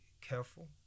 careful